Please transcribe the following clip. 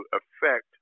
affect